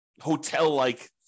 hotel-like